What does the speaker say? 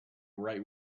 write